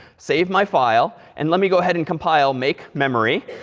save my file, and let me go ahead and compile make memory.